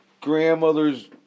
grandmother's